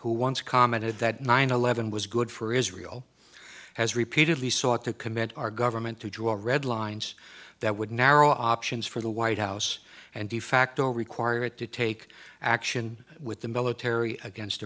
once commented that nine eleven was good for israel has repeatedly sought to commit our government to draw red lines that would narrow options for the white house and de facto required to take action with the military against